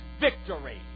victory